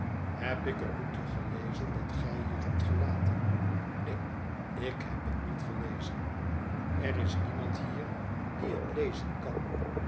heb ik het boekje gelezen dat gij hier hebt gelaten neen ik heb het niet gelezen er is niemand hier die het lezen kan